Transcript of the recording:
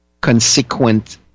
consequent